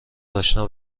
اشنا